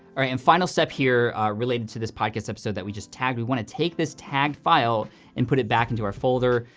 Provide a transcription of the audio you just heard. right, and final step here related to this podcast episode that we just tagged, we wanna take this tagged file and put it back into our folder.